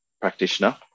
practitioner